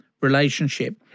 relationship